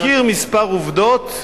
להזכיר כמה עובדות,